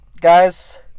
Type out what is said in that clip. guys